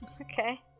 Okay